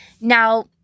Now